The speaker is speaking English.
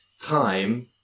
time